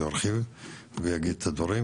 הוא ירחיב ויגיד את הדברים,